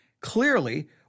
clearly